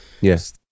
Yes